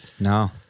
No